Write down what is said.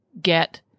get